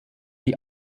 die